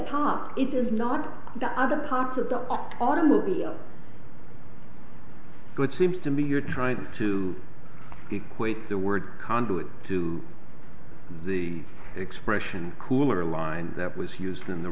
part it is not that other parts of the uk automobile good seems to me you're trying to equate the word conduit to the expression cooler line that was used in the